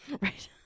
right